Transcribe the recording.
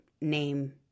name